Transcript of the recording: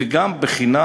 וגם בחינה